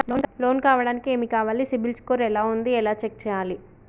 Loan కావడానికి ఏమి కావాలి సిబిల్ స్కోర్ ఎలా ఉంది ఎలా చెక్ చేయాలి?